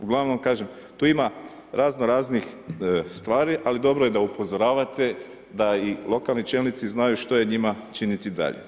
Uglavnom kažem, tu ima razno-raznih ali dobro je da upozoravate da i lokalni čelnici znaju što je njima činiti dalje.